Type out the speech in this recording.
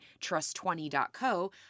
Trust20.co